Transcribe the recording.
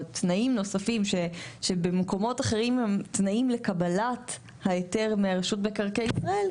או תנאים אחרים שבמקומות אחרים הם תנאי לקבלת ההיתר מרשות מקרקעי ישראל,